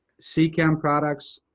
seachem products,